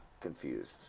confused